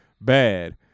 bad